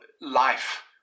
life